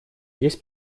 есть